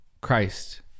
Christ